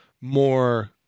more